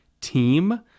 team